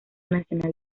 nacional